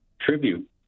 tribute